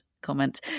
comment